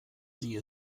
sie